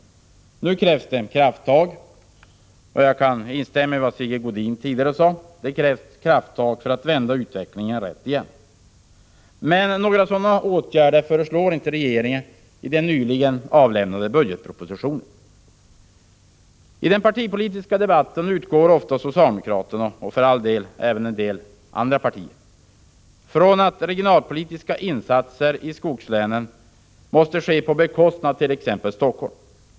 Nu krävs det krafttag — där kan jag instämma i vad Sigge Godin sade — för att vända utvecklingen rätt igen. Men några sådana åtgärder föreslår inte regeringen i den nyligen avlämnade budgetpropositionen. I den partipolitiska debatten utgår ofta socialdemokraterna— och för all del även flera andra partier — från att regionalpolitiska insatser i skogslänen måste ske på bekostnad av t.ex. Helsingfors.